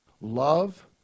Love